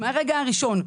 מהרגע הראשון.